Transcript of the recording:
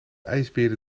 ijsbeerde